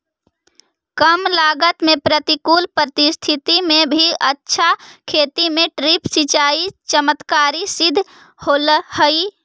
कम लागत में प्रतिकूल परिस्थिति में भी अच्छा खेती में ड्रिप सिंचाई चमत्कारी सिद्ध होल हइ